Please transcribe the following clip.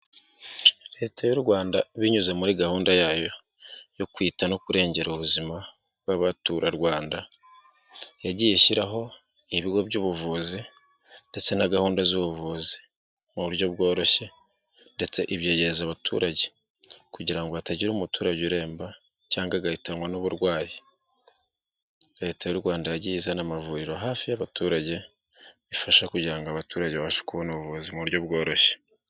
Leta y'u Rwanda binyuze muri gahunda yayo yo kwita no kurengera ubuzima bw'abaturarwanda, yagiye ishyiraho ibigo by'ubuvuzi, ndetse na gahunda z'ubuvuzi, mu buryo bworoshye, ndetse ibyegereza abaturage, kugira ngo hatagira umuturage uremba, cyangwa agahitanwa n'uburwayi. Leta y'u Rwanda yagiye izana amavuriro hafi y'abaturage, ifasha kugira ngo abaturage bashe kubona ubuvuzi mu buryo bworoshye.